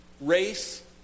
race